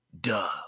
Duh